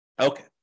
Okay